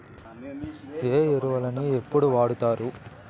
ఏ ఎరువులని ఎప్పుడు వాడుతారు?